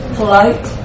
polite